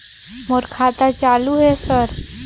मोर खाता चालु हे सर?